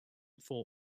for